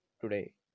today